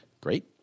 Great